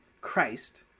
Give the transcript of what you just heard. Christ